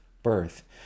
birth